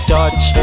Touch